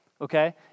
okay